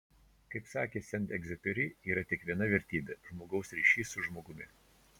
kaip sakė sent egziuperi yra tik viena vertybė žmogaus ryšys su žmogumi